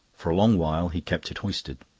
for a long while he kept it hoisted.